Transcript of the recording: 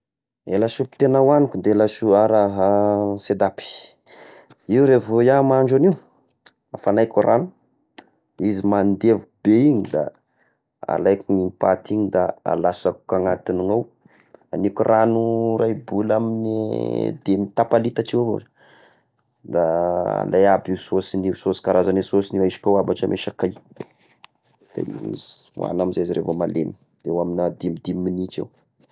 Eh lasopy tegna hoagniko de laso- a raha seedapy, io revo iaho mahandro agnio, afagnaiko ragno izy mandevy be igny da alaiko paty igny da alasako anatigny agnao, agniko rano iray boly amigny dim- tapa litatry eo avao io da andeha aby io sôsign'io, sôsy karazagny sôsigny izy ko aby hatramy sakay da ho agny amizay zareo va malely eo amy dimidimy minitra eo.